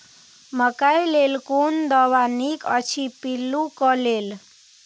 मकैय लेल कोन दवा निक अछि पिल्लू क लेल?